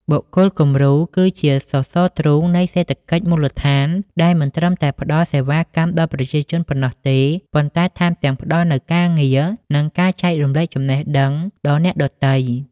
បុគ្គលគំរូគឺជាសសរទ្រូងនៃសេដ្ឋកិច្ចមូលដ្ឋាន ដែលមិនត្រឹមតែផ្ដល់សេវាកម្មដល់ប្រជាជនប៉ុណ្ណោះទេ ប៉ុន្តែថែមទាំងផ្ដល់នូវការងារ និងការចែករំលែកចំណេះដឹងដល់អ្នកដទៃ។